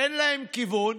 אין להם כיוון.